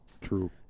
True